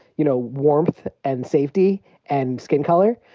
you know, warmth and safety and skin color.